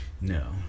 No